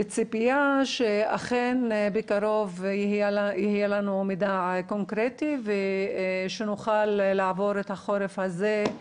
בציפייה שאכן בקרוב יהיה לנו מידע קונקרטי ונוכל לעבור את החורף הזה עם